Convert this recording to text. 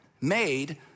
made